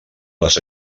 les